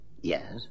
Yes